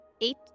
Eight